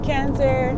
Cancer